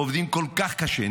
עובדים כל כך קשה,